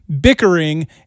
bickering